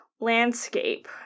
landscape